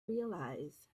realize